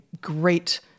great